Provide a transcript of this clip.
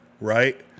right